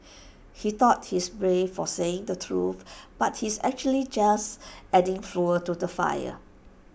he thought he's brave for saying the truth but he's actually just adding fuel to the fire